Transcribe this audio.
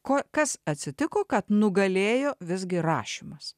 ko kas atsitiko kad nugalėjo visgi rašymas